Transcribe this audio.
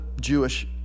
Jewish